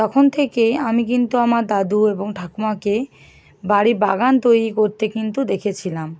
তখন থেকে আমি কিন্তু আমার দাদু এবং ঠাকুমাকে বাড়ির বাগান তৈরি করতে কিন্তু দেখেছিলাম